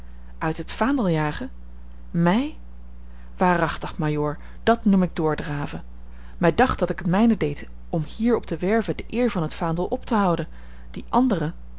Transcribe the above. uit het vaandel jagen mij waarachtig majoor dat noem ik doordraven mij dacht dat ik het mijne deed om hier op de werve de eer van het vaandel op te houden die anderen